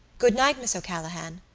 good-night, miss o'callaghan.